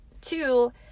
two